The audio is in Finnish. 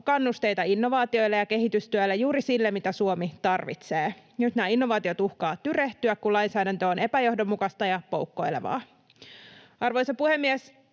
kannusteita innovaatioille ja kehitystyölle, juuri sille, mitä Suomi tarvitsee. Nyt nämä innovaatiot uhkaavat tyrehtyä, kun lainsäädäntö on epäjohdonmukaista ja poukkoilevaa. Arvoisa puhemies!